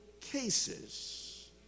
cases